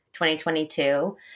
2022